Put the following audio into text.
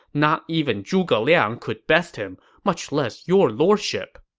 not even zhuge liang could best him, much less your lordship.